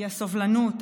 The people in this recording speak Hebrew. כי הסובלנות,